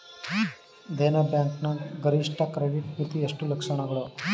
Dena bank ನ ಗರಿಷ್ಠ credit ಮಿತಿ ಎಷ್ಟು ಲಕ್ಷಗಳು?